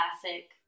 classic